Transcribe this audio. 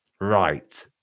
Right